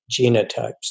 genotypes